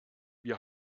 wir